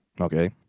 okay